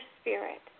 spirit